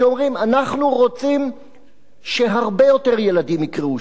שאומרים: אנחנו רוצים שהרבה יותר ילדים יקראו,